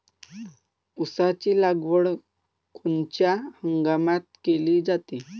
ऊसाची लागवड कोनच्या हंगामात केली जाते?